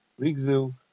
Rigzu